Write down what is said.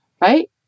right